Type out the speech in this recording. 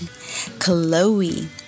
Chloe